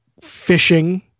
fishing